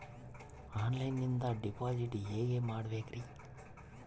ಆನ್ಲೈನಿಂದ ಡಿಪಾಸಿಟ್ ಹೇಗೆ ಮಾಡಬೇಕ್ರಿ?